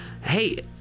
hey